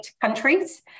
countries